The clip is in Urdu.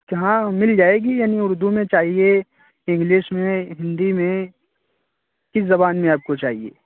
ہاں مل جائے گی یعنی اردو میں چاہیے انگلش میں ہندی میں کس زبان میں آپ کو چاہیے